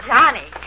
Johnny